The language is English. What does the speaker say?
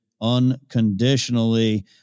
unconditionally